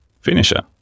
finisher